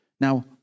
Now